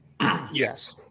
Yes